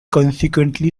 consequently